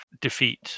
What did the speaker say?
defeat